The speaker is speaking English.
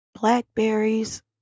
blackberries